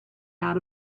out